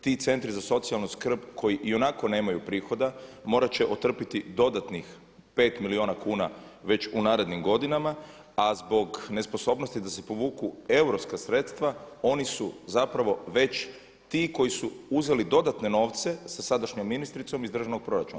Ti centri za socijalnu skrb koji ionako nemaju prihoda morat će otrpiti dodatnih 5 milijuna kuna već u narednim godinama a zbog nesposobnosti da se povuku europska sredstva oni su zapravo već ti koji su uzeli dodatne novce sa sadašnjom ministricom iz državnog proračuna.